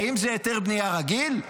האם זה היתר בנייה רגיל?